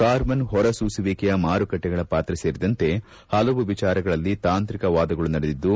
carbon ಹೊರಸೂಸುವಿಕೆಯ ಮಾರುಕಟ್ಟೆಗಳ ಪಾತ್ರ ಸೇರಿದಂತೆ ಹಲವು ವಿಚಾರಗಳಲ್ಲಿ ತಾಂತ್ರಿಕ ವಾದಗಳು ನಡೆದಿದ್ದು